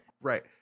Right